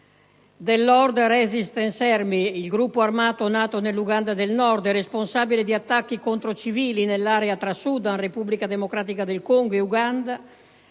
del *Lord's Resistance Army*, gruppo armato nato nell'Uganda del Nord e responsabile di attacchi contro civili nell'area tra Sudan, Repubblica democratica del Congo e Uganda,